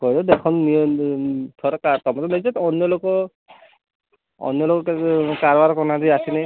ଥରେ ଦେଖ ଥରେ ତମେ ତ ନେଇଛ ଅନ୍ୟଲୋକ ଅନ୍ୟଲୋକ କେବେ କାରବାର କରିନାହାନ୍ତି ଆସିଲେ